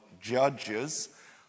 Judges